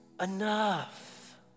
enough